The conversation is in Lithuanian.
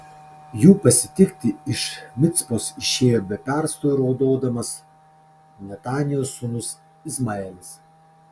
jų pasitikti iš micpos išėjo be perstojo raudodamas netanijos sūnus izmaelis